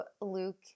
Luke